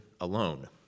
alone